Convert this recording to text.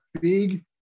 big